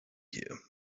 here